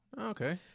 Okay